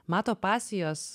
mato pasijos